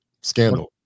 scandal